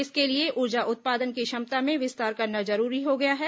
इसके लिए ऊर्जा उत्पादन की क्षमता में विस्तार करना जरूरी हो गया है